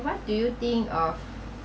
what do you think of